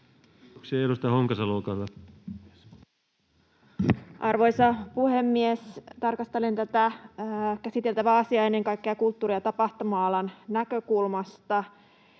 Arvoisa puhemies! Tarkastelen tätä käsiteltävää asiaa ennen kaikkea kulttuuri- ja tapahtuma-alan näkökulmasta.